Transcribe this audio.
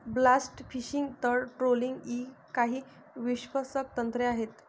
blast fishing, तळ trolling इ काही विध्वंसक तंत्रे आहेत